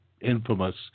infamous